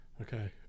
Okay